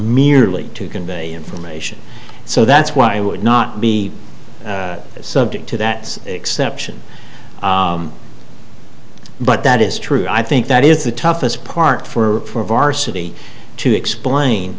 merely to convey information so that's why i would not be subject to that exception but that is true i think that is the toughest part for varsity to explain